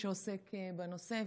שעוסק בנושא,